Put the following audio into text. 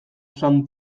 san